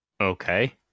Okay